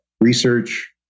research